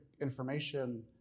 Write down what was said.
information